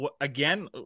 again